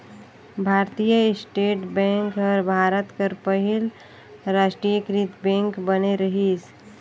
भारतीय state bank हर भारत कर पहिल रास्टीयकृत बेंक बने रहिस